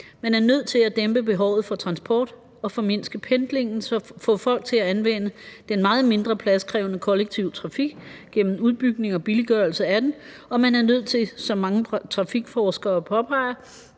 Man er nødt til at dæmpe behovet for transport og formindske pendlingen og få folk til at anvende den meget mindre pladskrævende kollektive trafik gennem udbygning og billiggørelse af den, og man er nødt til, som mange trafikforskere påpeger,